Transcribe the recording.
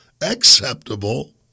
Acceptable